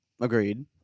Agreed